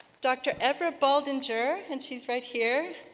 dr. evra baldinger and she's right here